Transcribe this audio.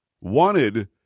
wanted